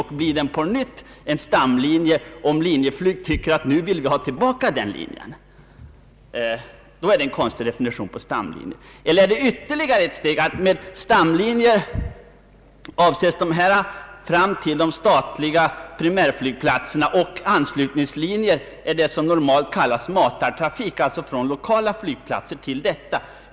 Och blir den på nytt en stamlinje, om Linjeflyg återigen öppnar trafik på den linjen? Då är utskottets definition på stamlinjer mycket besynnerlig. Eller är det möjligen på det sättet att med stamlinjer avses linjer fram till de statliga primärflygplatserna och med anslutningslinjer sådana som normalt kallas matarlinjer, d.v.s. linjer från lokala flygplatser till primärflygplatserna?